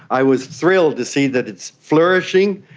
i was thrilled to see that it's flourishing,